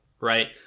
right